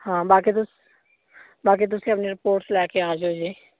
ਹਾਂ ਬਾਕੀ ਤੁਸੀਂ ਬਾਕੀ ਤੁਸੀਂ ਆਪਣੀਆਂ ਰਿਪੋਰਟਸ ਲੈ ਕੇ ਆ ਜਿਓ ਜੀ